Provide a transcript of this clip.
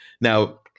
Now